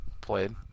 played